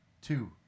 two